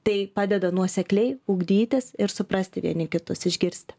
tai padeda nuosekliai ugdytis ir suprasti vieni kitus išgirsti